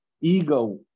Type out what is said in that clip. ego